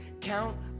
count